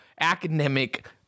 academic